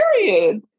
Period